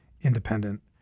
independent